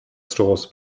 stores